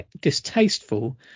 distasteful